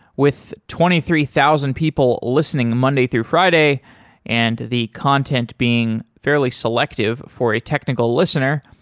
with twenty three thousand people listening monday through friday and the content being fairly selective for a technical listener,